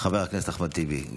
חבר הכנסת אחמד טיבי.